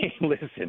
listen